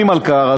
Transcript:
אני מלכ"ר.